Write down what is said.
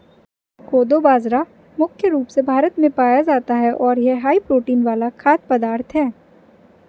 कोदो बाजरा मुख्य रूप से भारत में पाया जाता है और यह हाई प्रोटीन वाला खाद्य पदार्थ है